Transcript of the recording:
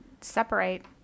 separate